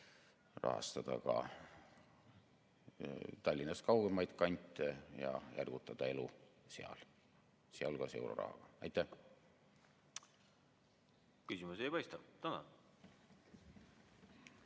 rahastada ka Tallinnast kaugemaid kante ja ergutada elu seal, sealhulgas eurorahaga. Aitäh! Küsimusi ei paista. Tänan!